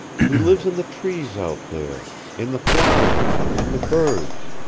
he lives in the trees out there, in the flowers, in the birds,